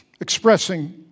expressing